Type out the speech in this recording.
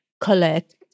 collect